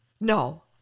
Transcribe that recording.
No